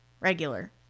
Regular